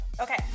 Okay